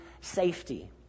safety